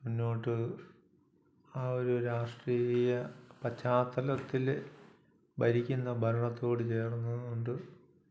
മുന്നോട്ട് ആ ഒരു രാഷ്ട്രീയ പശ്ചാത്തലത്തിൽ ഭരിക്കുന്ന ഭരണത്തോട് ചേർന്നതുകൊണ്ട്